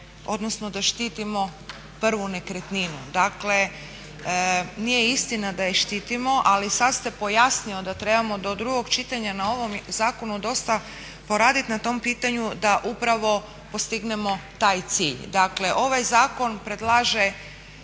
odnosno da štitimo prvu nekretninu. Dakle nije istina da je štitimo, ali sad ste pojasnio da trebamo do drugog čitanja na ovom zakonu dosta poradit na tom pitanju da upravo postignemo taj cilj. Dakle ovaj zakon predlaže